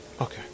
Okay